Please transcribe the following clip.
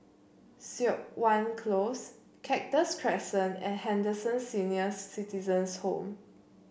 Siok Wan Close Cactus Crescent and Henderson Senior Citizens' Home